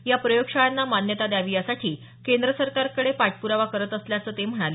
या प्रयोग शाळांना मान्यता द्यावी यासाठी केंद्र सरकारकडे पाठपुरावा करत असल्याचं ते म्हणाले